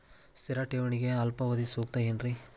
ಸ್ಥಿರ ಠೇವಣಿಗೆ ಅಲ್ಪಾವಧಿ ಸೂಕ್ತ ಏನ್ರಿ?